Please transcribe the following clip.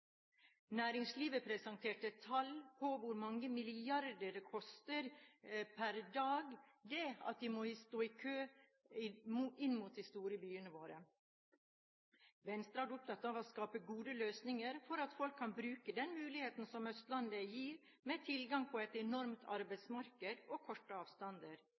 Næringslivet presenterte tall på hvor mange milliarder det koster per dag å stå i kø inn mot de store byene våre. Venstre har vært opptatt av å skape gode løsninger for at folk kan bruke den muligheten som Østlandet gir, med tilgang på et enormt arbeidsmarked og korte avstander.